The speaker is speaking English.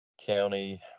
county